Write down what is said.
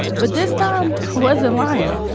but this time, i wasn't lying.